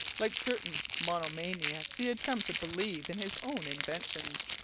like certain monomaniacs he had come to believe in his own inventions.